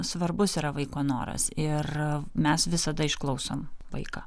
svarbus yra vaiko noras ir mes visada išklausom vaiką